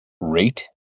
rate